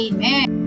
Amen